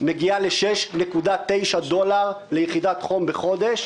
מגיע ל-6.9 דולרים ליחידת חום בחודש,